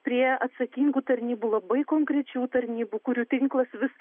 prie atsakingų tarnybų labai konkrečių tarnybų kurių tinklas vis